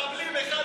צא החוצה.